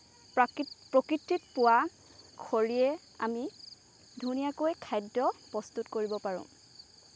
প্ৰাকি প্ৰকৃতিত পোৱা খৰিৰে আমি ধুনীয়াকৈ খাদ্য প্ৰস্তুত কৰিব পাৰোঁ